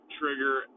trigger